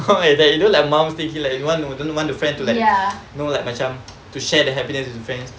cause like you know like mum thing you like if you want you wouldn't want to friend to like you know like macam to share the habitats defence